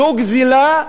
זו גזלה.